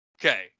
Okay